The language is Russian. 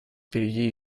впереди